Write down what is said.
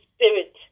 spirit